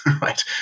right